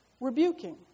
rebuking